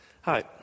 Hi